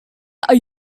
are